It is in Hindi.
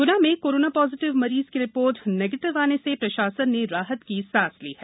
ग्रना में कोरोना पॉजिटिव मरीज की रिपोर्ट निगेटिव आने से प्रशासन ने राहत की सांस ली है